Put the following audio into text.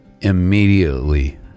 immediately